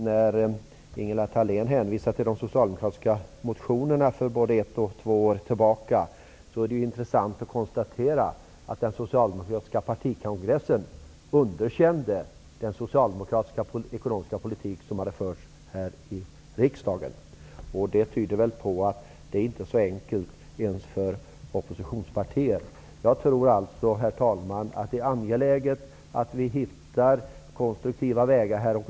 När Ingela Thalén hänvisar till de socialdemokratiska motionerna för både ett och två år tillbaka är det intressant att konstatera att den socialdemokratiska partikongressen underkände den socialdemokratiska ekonomiska politik som hade förts här i riksdagen. Det tyder på att det inte är så enkelt ens för oppositionspartierna. Herr talman! Jag tror att det är angeläget att hitta konstruktiva vägar.